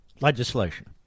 legislation